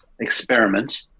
experiment